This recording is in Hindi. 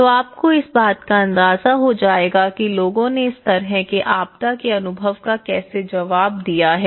तो आपको इस बात का अंदाजा हो जाएगा कि लोगों ने इस तरह के आपदा के अनुभव का कैसे जवाब दिया है